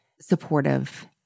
supportive